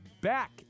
back